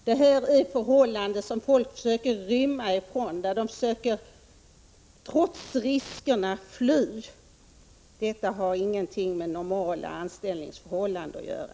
Det rör sig här om villkor som folk trots riskerna försöker rymma från. Detta har ingenting med normala anställningsförhållanden att göra.